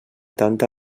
tanta